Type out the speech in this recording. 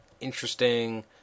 interesting